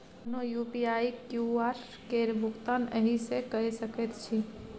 कोनो UPI QR केर भुगतान एहिसँ कए सकैत छी